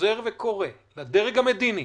חוזר וקורא לדרג המדיני,